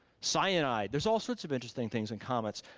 cyanide, there's all sorts of interesting things in comets.